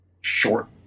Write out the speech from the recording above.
Short